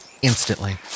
instantly